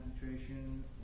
concentration